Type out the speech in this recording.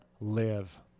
live